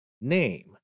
name